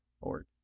org